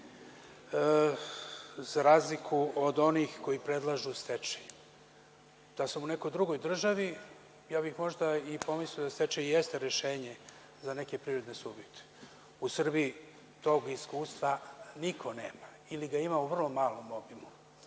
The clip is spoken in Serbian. za razliku od onih koji predlažu stečaj. Da sam u nekoj drugoj državi, ja bih možda i pomislio da stečaj jeste rešenje za neke privredne subjekte. U Srbiji tog iskustva niko nema, ili ga ima u vrlo malom obimu.